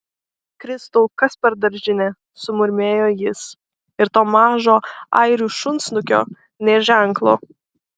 kristau kas per daržinė sumurmėjo jis ir to mažo airių šunsnukio nė ženklo